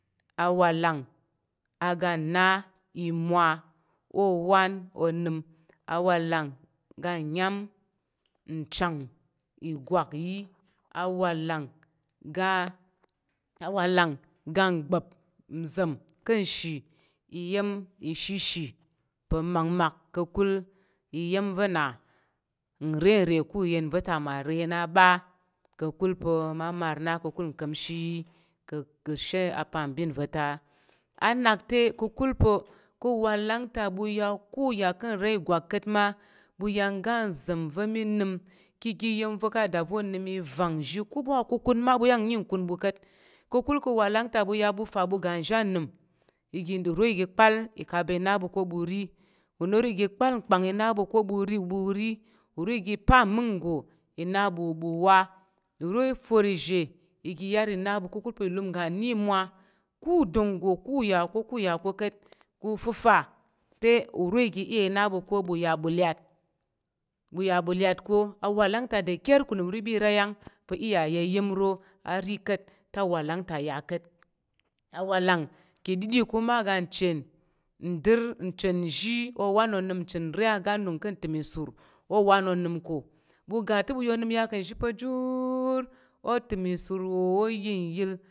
Awalang aga nna imwa ôwan onəm awalang aga nyám nchang ìgwak yi, awalang aga awalang ga ngba̱p nza̱m ka̱ nshi iya̱m shishi pa̱ makmak ka̱kul iya̱m va na nrere ku yen və ta ma re na ɓa ka̱kul pa̱ ma mar na ka̱kul nka̱mshi yi ka̱she apambin va̱ ta̱ a a nak te ka̱kul pa̱ ka̱ walang ta ko a ya ka̱ nra ìgwak ka̱t ma ɓu ya ngga nza̱m va̱ mí nəm ki igi iya̱m va̱ mí nəm, ka a yada va̱ onəm i vang nzhi. Ko ɓu wa kukun ma ɓu nyi nkun ɓu ka̱t, ka̱kul ka̱ walang ta ɓu ya ɓu fa ɓu ga nzhi anəm, igi uro igi kpal ikaba i na ɓu ko ɓu ri. unoro igi kpal nkpang i na ɓu ko ɓu ri ɓu ri. Uro igi pa mməng nggo i na ɓu, ɓu wa, uro for izhe igi yar i na ɓu ka̱kul pa̱ ilum iga nna imwa ku udanggo, ko u ya ko, ko u ya ko ka̱t ku fəfa te uro igi i ya i na ɓu ko ɓu ya ɓu lyat ɓu ya ɓu lyat ko awalang ta dəker ku nəm ro i ɓi ra ayang, pa̱ i ya ya iya̱m ro pa̱ a ri ka̱t te awalang ta ya ka̱t. Awalang ki didi kuma aga nchen ndər nchen nzhi owan onəm nchen nre aga nung ka̱ ntəm isur owan onəm ko. Ɓu ga te ɓu ya onəm ya ka̱ nzhi pa̱ jur o təm isur wo o yəl nyəl